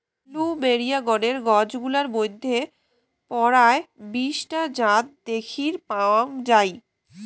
plumeria গণের গছ গুলার মইধ্যে পরায় বিশ টা জাত দ্যাখির পাওয়াং যাই